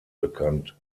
bekannt